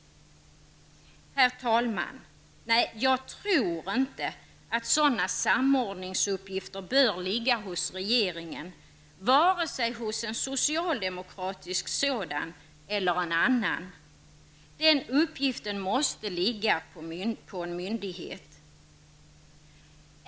Herr talman! Nej, jag tror inte att sådana samordningsuppgifter bör ligga hos regeringen, vare sig hos en socialdemokratisk sådan eller någon annan. Den uppgiften måste ligga på en myndighet.